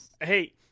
Hey